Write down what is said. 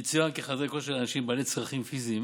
יצוין כי חדרי כושר לאנשים בעלי צרכים פיזיים